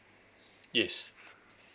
yes